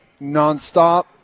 nonstop